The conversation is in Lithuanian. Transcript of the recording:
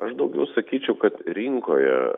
aš daugiau sakyčiau kad rinkoje